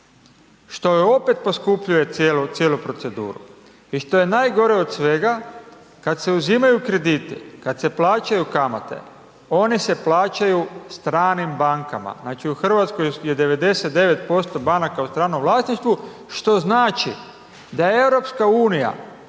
što je opet poskupljuje cijelu proceduru i što je najgore od svega, kad se uzimaju krediti, kad se plaćaju kamate, oni se plaćaju stranim bankama, znači, u RH je 99% banaka u stranom vlasništvu, što znači da EU u biti